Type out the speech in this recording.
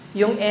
yung